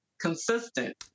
consistent